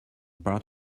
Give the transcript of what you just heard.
part